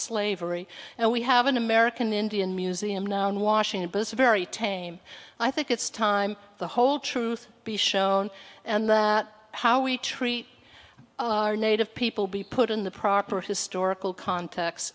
slavery and we have an american indian museum now in washington both are very tame i think it's time the whole truth be shown and how we treat all our native people be put in the proper historical context